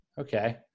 Okay